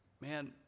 man